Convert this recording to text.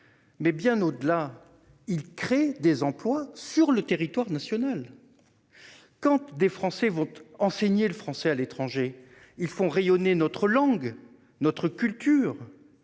mais, bien au-delà, il crée des emplois sur le territoire national ! Les professeurs français qui enseignent le français à l'étranger font rayonner notre langue et notre culture.